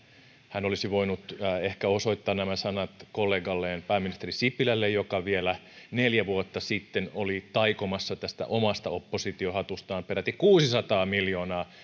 hän olisi voinut ehkä osoittaa nämä sanat kollegalleen pääministeri sipilälle joka vielä neljä vuotta sitten oli taikomassa tästä omasta oppositiohatustaan peräti kuusisataa miljoonaa